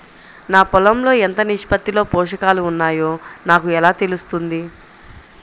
నా పొలం లో ఎంత నిష్పత్తిలో పోషకాలు వున్నాయో నాకు ఎలా తెలుస్తుంది?